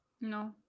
No